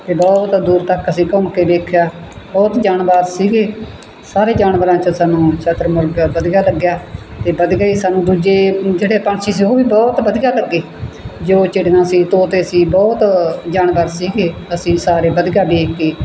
ਅਤੇ ਬਹੁਤ ਦੂਰ ਤੱਕ ਅਸੀਂ ਘੁੰਮ ਕੇ ਵੇਖਿਆ ਬਹੁਤ ਜਾਨਵਰ ਸੀਗੇ ਸਾਰੇ ਜਾਨਵਰਾਂ 'ਚ ਸਾਨੂੰ ਛਤਰ ਮੁਰਗ ਵਧੀਆ ਲੱਗਿਆ ਅਤੇ ਵਧੀਆ ਹੀ ਸਾਨੂੰ ਦੂਜੇ ਜਿਹੜੇ ਪੰਛੀ ਸੀ ਉਹ ਵੀ ਬਹੁਤ ਵਧੀਆ ਲੱਗੇ ਜੋ ਚਿੜੀਆਂ ਸੀ ਤੋਤੇ ਸੀ ਬਹੁਤ ਜਾਨਵਰ ਸੀਗੇ ਅਸੀਂ ਸਾਰੇ ਵਧੀਆ ਦੇਖ ਕੇ